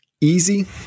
easy